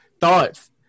Thoughts